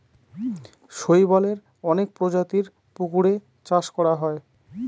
শৈবালের অনেক প্রজাতির পুকুরে চাষ করা হয়